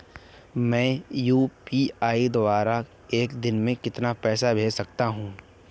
मैं यू.पी.आई द्वारा एक दिन में कितना पैसा भेज सकता हूँ?